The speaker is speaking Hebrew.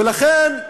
ולכן,